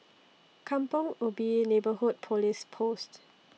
Kampong Ubi Neighbourhood Police Post